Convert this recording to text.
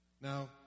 Now